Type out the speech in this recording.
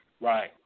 Right